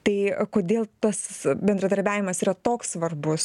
tai kodėl tas bendradarbiavimas yra toks svarbus